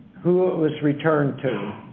who it was returned to.